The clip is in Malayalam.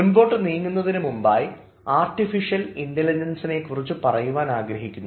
മുൻപോട്ടു നീങ്ങുന്ന മുമ്പായി ആർട്ടിഫിഷ്യൽ ഇൻറലിജൻസിനെക്കുറിച്ച് പറയുവാൻ ആഗ്രഹിക്കുന്നു